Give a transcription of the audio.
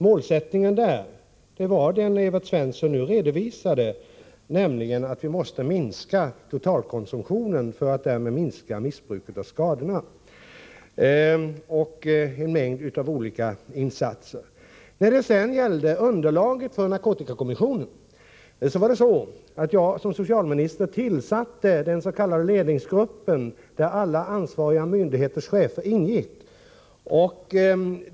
Målsättningen var densamma som Evert Svensson nu redovisade, nämligen att minska totalkonsumtionen och därmed missbruket och skadorna. Det föreslogs en mängd olika insatser. På nyåret 1977 tillsatte jag som socialminister den s.k. ledningsgruppen, där alla ansvariga myndigheters chefer ingick.